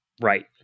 Right